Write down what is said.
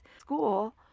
school